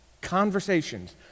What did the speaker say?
conversations